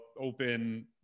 open